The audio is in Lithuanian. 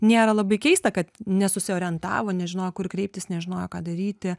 nėra labai keista kad nesusiorientavo nežinojo kur kreiptis nežinojo ką daryti